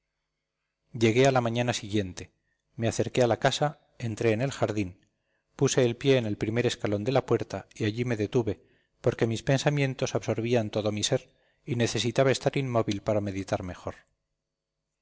llegué a la mañana siguiente me acerqué a la casa entré en el jardín puse el pie en el primer escalón de la puerta y allí me detuve porque mis pensamientos absorbían todo mi ser y necesitaba estar inmóvil para meditar mejor